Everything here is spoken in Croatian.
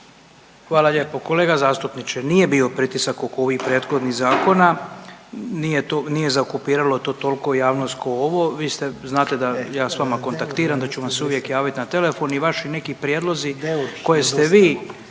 Hvala lijepo. Kolega zastupniče, nije bio pritisak oko ovih prethodnih zakona, nije zaokupiralo to toliko javnost ko ovo. Vi znate da ja sa vama kontaktiram, da ću vam se uvijek javiti na telefon i vaši neki prijedlozi koje ste vi